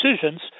decisions